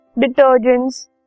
detergents